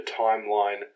timeline